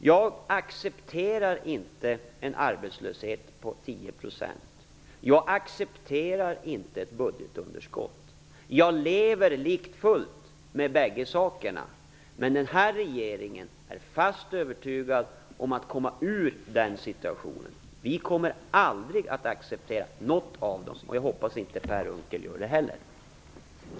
Jag accepterar inte en arbetslöshet på 10 %. Jag accepterar inte ett budgetunderskott. Jag lever likafullt med bägge sakerna. Men den här regeringen är fast övertygad om att vi skall komma ur den situationen. Vi kommer aldrig att acceptera någon av dessa saker och jag hoppas att inte heller Per Unckel gör det.